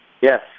Yes